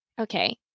okay